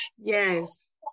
yes